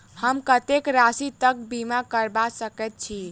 हम कत्तेक राशि तकक बीमा करबा सकैत छी?